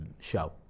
show